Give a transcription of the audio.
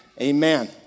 amen